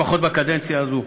לפחות בקדנציה הזו,